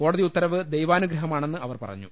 കോടതിഉത്തരവ് ദൈവാനുഗ്രഹ മാണെന്ന് അവർപറഞ്ഞു